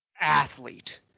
athlete